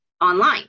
online